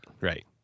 right